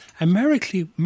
America